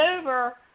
over